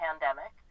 pandemic